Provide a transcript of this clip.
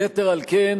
יתר על כן,